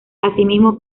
asimismo